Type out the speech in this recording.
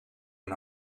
hun